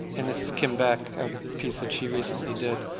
and this is kim beck, a piece that she recently did.